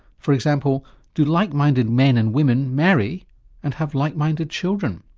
for example do like minded men and women marry and have like minded children?